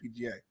PGA